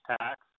tax